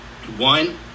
One